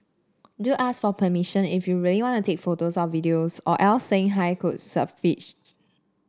do ask for permission if you really want to take photos or videos or else saying hi could suffice